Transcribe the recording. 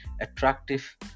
Attractive